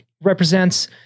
represents